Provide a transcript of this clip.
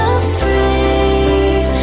afraid